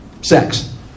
Sex